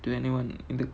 to anyone in the